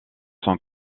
sont